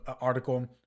article